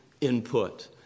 input